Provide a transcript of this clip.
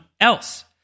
else